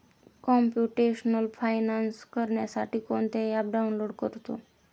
computational finance करण्यासाठी कोणते app download करतो